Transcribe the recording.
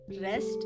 Rest